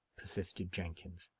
persisted jenkins.